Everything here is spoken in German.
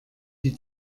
die